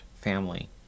family